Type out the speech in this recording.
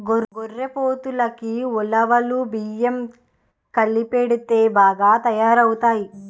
గొర్రెపోతులకి ఉలవలు బియ్యం కలిపెడితే బాగా తయారవుతాయి